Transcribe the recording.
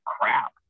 crap